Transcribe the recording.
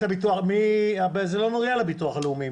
זה לא נוגע לביטוח הלאומי.